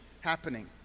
happening